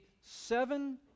seven